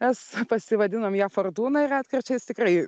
mes pasivadinom ją fortūna ir retkarčiais tikrai